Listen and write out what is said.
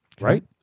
right